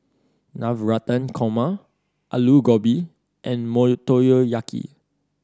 Navratan Korma Alu Gobi and Motoyaki